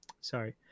Sorry